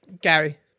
Gary